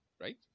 right